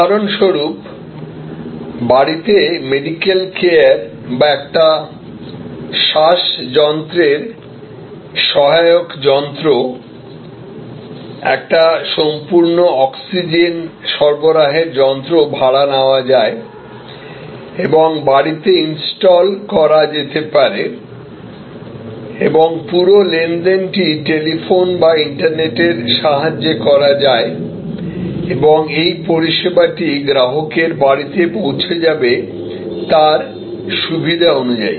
উদাহরণস্বরূপ বাড়িতে medical care বা একটি শ্বাসযন্ত্রের সহায়ক যন্ত্র একটি সম্পূর্ণ অক্সিজেন সরবরাহের যন্ত্র ভাড়া নেওয়া যায় এবং বাড়িতে ইনস্টল করা যেতে পারে এবং পুরো লেনদেনটি টেলিফোন বা ইন্টারনেটের সাহায্যে করা যায় এবং পরিষেবাটি গ্রাহকের বাড়িতে পৌঁছে যাবে তার সুবিধা অনুযায়ী